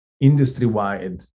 industry-wide